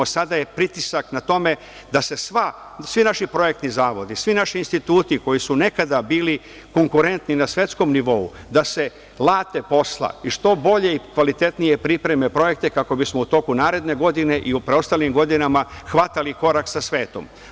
Sada je pritisak na tome da se svi naši projektni zavodi, svi naši instituti koji su nekada bili konkurentni na svetskom nivou, da se late posla i što bolje i kvalitetnije pripreme projekte kako bismo u toku naredne godine i u preostalim godinama hvatali korak sa svetom.